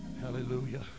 Hallelujah